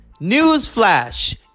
Newsflash